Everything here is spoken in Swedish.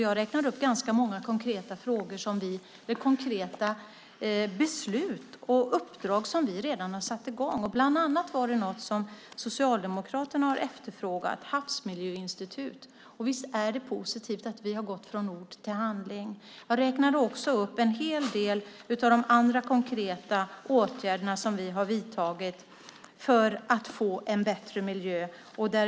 Jag räknade upp ganska många konkreta beslut och uppdrag som vi redan har satt i gång. Det var bland annat något som Socialdemokraterna har efterfrågat, nämligen ett havsmiljöinstitut. Visst är det positivt att vi har gått från ord till handling? Jag räknade också upp en hel del av de andra konkreta åtgärderna som vi har vidtagit för att få en bättre miljö.